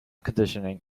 conditioning